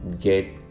get